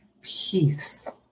peace